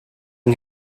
yng